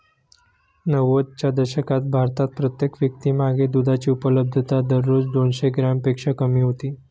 नव्वदच्या दशकात भारतात प्रत्येक व्यक्तीमागे दुधाची उपलब्धता दररोज दोनशे ग्रॅमपेक्षा कमी होती